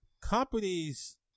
companies